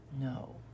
No